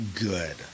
good